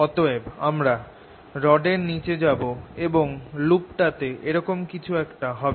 অতএব আমরা রডের নিচে যাব এবং লুপটাতে এরকম কিছু একটা হবে